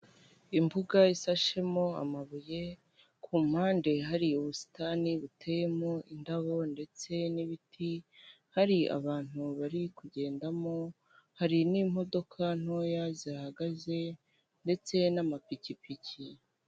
Imbuga isashemo amabuye ku mpande hari ubusitani buteyemo indabo ndetse n'ibiti, hari abantu bari kugendamo hari n'imodoka ntoya zihagaze ndetse n'amapikipiki.